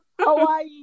Hawaii